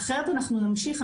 אחרת אנחנו נמשיך,